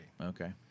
Okay